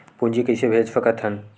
पूंजी कइसे भेज सकत हन?